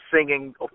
singing